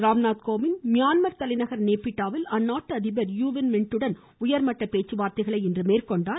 Ramnath Kovind Myanmar தலைநகர் நேப்பிட்டாவில் அந்நாட்டு அதிபர் யூ வின் மின்ட்டுடன் உயர்மட்ட பேச்சுவார்த்தைகளை இன்று மேற்கொண்டார்